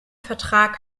vertrag